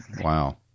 Wow